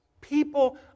People